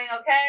okay